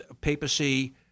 papacy